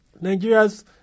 Nigeria's